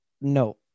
No